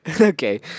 Okay